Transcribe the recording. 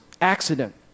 accident